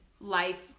life